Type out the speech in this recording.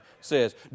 says